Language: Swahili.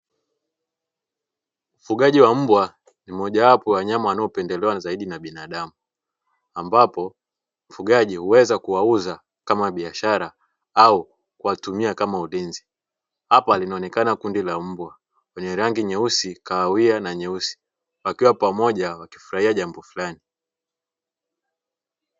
Ufugaji wa mbwa ni moja wapo ya wanyama wanaopendelewa zaidi na binadamu ambapo mfugaji huweza kuwauza kama biashara au kuwatumia kama ulinzi. Hapa linaonekana kundi la mbwa wenye rangi nyeusi, kahawia na nyeupe wakiwa pamoja wakifurahia jambo fulani.